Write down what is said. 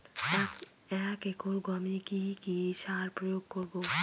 এক একর গমে কি কী সার প্রয়োগ করব?